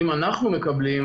אם אנחנו מקבלים,